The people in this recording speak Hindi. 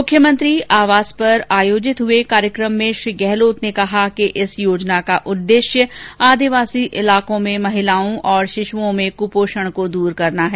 मुख्यमंत्री आवास पर आयोजित हुए कार्यक्रम में श्री गहलोत ने कहा कि इस योजना का उद्देश्य आदिवासी इलाकों में महिलाओं और शिशुओं में कुपोषण को दूर करना है